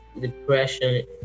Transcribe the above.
depression